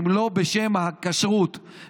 אם לא בשם הכשרות,